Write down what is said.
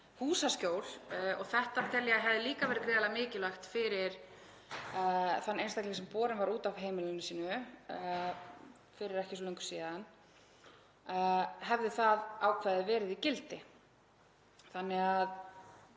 húsaskjól. Þetta tel ég að hefði líka verið gríðarlega mikilvægt fyrir þann einstakling sem borinn var út af heimili sínu fyrir ekki svo löngu síðan, hefði það ákvæði verið í gildi. Þó að